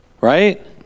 Right